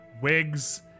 wigs